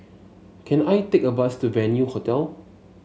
can I take a bus to Venue Hotel